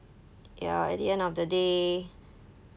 ya at the end of the day